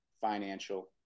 financial